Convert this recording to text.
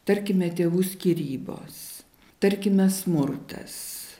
tarkime tėvų skyrybos tarkime smurtas